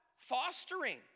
Fostering